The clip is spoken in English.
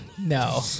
no